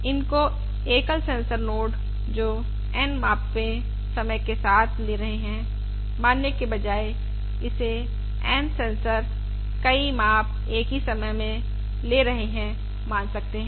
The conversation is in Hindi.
इनको एकल सेंसर नोड जो N मापे समय के साथ ले रहे हैं मानने के बजाय इसे N सेंसर कई माप एक ही समय ले रहे हैं मान सकते हैं